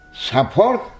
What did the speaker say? support